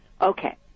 Okay